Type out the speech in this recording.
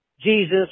Jesus